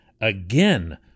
again